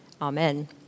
Amen